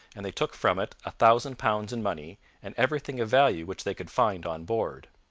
and they took from it a thousand pounds in money, and everything of value which they could find on board.